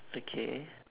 okay